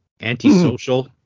Antisocial